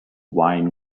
wine